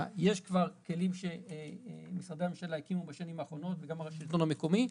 יש כבר כלים שמשרדי הממשלה הקימו בשנים האחרונות וגם השלטון המקומי.